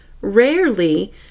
Rarely